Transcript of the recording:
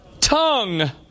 tongue